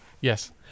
Yes